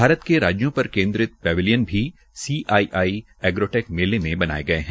भारत के राज्यों पर केन्द्रित पैवेलियन भी सीआईआई एग्रो टेक मेले मे बनाये गये है